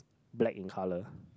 black in colour